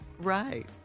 Right